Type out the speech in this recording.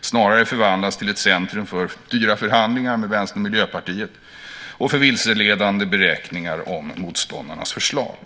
snarare förvandlats till ett centrum för dyra förhandlingar med Vänstern och Miljöpartiet och för vilseledande beräkningar av motståndarnas förslag.